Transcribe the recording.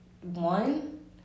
one